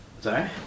Sorry